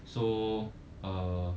so err